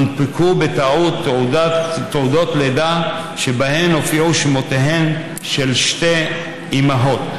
הונפקו בטעות תעודות לידה שבהן הופיעו שמותיהן של שתי אימהות.